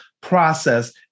process